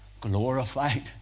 glorified